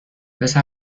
پسر